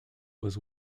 was